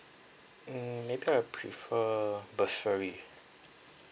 mm maybe I prefer bursary